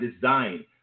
design